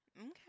Okay